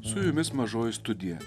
su jumis mažoji studija